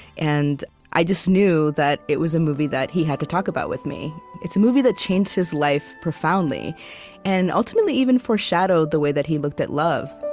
and i just knew that it was a movie that he had to talk about with me. it's a movie that changed his life profoundly and, ultimately, even foreshadowed the way that he looked at love